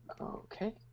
okay